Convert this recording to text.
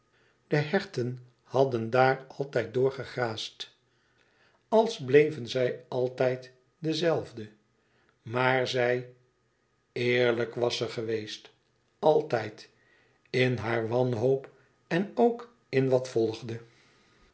de herten hadden daar altijd doorgegegraasd als bleven zij altijd de zelfde maar zij eerlijk was ze geweest altijd in haar wanhoop en ook in wat volgde